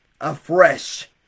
afresh